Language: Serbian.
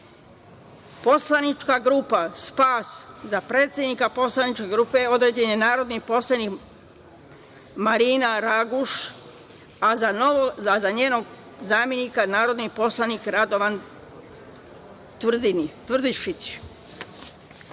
Poslanička grupa SPAS, za predsednika Poslaničke grupe određen je narodni poslanik Marina Raguš, a za njenog zamenika narodni poslanik Radovan Tvrdišić;